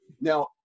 now